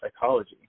psychology